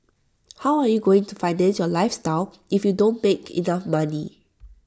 how are you going to finance your lifestyle if you don't make enough money